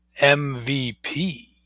MVP